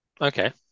Okay